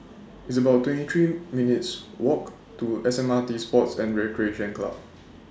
It's about twenty three minutes' Walk to S M R T Sports and Recreation Club